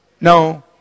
No